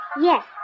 Yes